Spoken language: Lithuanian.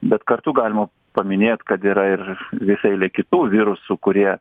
bet kartu galima paminėt kad yra ir visa eilė kitų virusų kurie